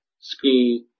school